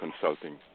consulting